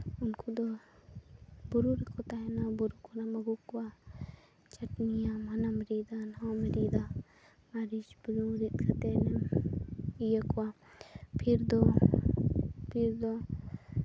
ᱩᱱᱠᱩ ᱫᱚ ᱵᱩᱨᱩ ᱨᱮᱠᱚ ᱛᱟᱦᱮᱱᱟ ᱵᱩᱨᱩ ᱠᱷᱚᱱᱟᱜ ᱮᱢ ᱟᱹᱜᱩ ᱠᱚᱣᱟ ᱪᱟᱹᱴᱱᱤᱭᱟᱢ ᱦᱟᱱᱟᱢ ᱨᱤᱫᱟ ᱱᱚᱣᱟᱢ ᱨᱤᱫᱟ ᱢᱟᱹᱨᱤᱪ ᱵᱩᱞᱩᱝ ᱨᱤᱫ ᱠᱟᱛᱮ ᱮᱢ ᱤᱭᱟᱹ ᱠᱚᱣᱟ ᱯᱷᱤᱨ ᱫᱚ ᱯᱷᱤᱨ ᱫᱚ